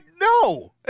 no